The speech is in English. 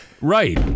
Right